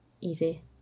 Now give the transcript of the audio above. easy